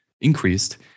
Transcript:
increased